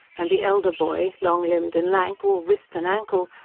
and the elder boy, long-limbed and lank, all wrist and ankle,